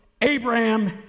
Abraham